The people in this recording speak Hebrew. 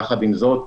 יחד עם זאת,